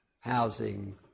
housing